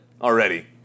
Already